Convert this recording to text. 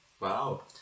Wow